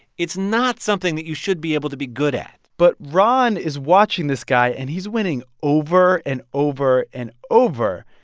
it's not something that you should be able to be good at but ron is watching this guy, and he's winning over and over and over.